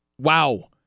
Wow